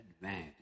advantage